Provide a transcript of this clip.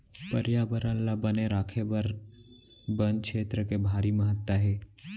परयाबरन ल बने राखे बर बन छेत्र के भारी महत्ता हे